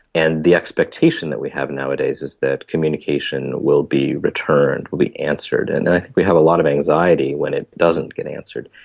and the expectation that we have nowadays is that communication will be returned, will be answered, and i think we have a lot of anxiety when it doesn't get answered.